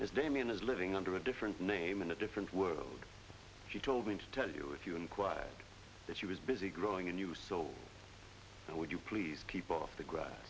ms damien is living under a different name in a different world she told me to tell you if you inquire that she was busy growing a new soul would you please keep off the gr